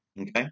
Okay